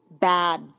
bad